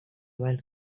wild